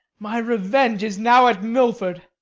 my revenge is now at milford,